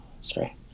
Sorry